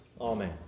amen